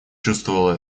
чувствовал